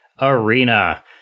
Arena